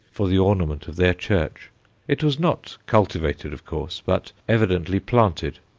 for the ornament of their church it was not cultivated, of course, but evidently planted.